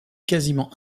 quasiment